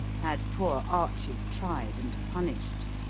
had poor archy tried and punished.